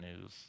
news